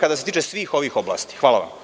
kada se tiče svih ovih oblasti. Hvala.